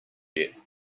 yet